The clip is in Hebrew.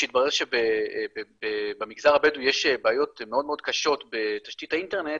כשהתברר שבמגזר הבדואי יש בעיות מאוד מאוד קשות בתשתית האינטרנט,